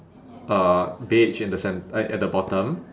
uh beige in the cen~ a~ at the bottom